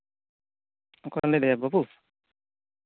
ᱚᱠᱚᱭᱮᱢ ᱞᱟᱹᱭᱫᱟᱭᱟ ᱵᱟᱹᱵᱩ